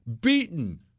beaten